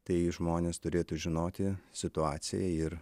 tai žmonės turėtų žinoti situaciją ir